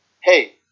hey